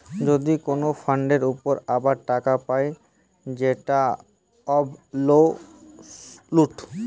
যদি কোন ফান্ডের উপর আবার টাকা পায় যেটা অবসোলুট